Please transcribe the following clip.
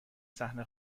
صحنه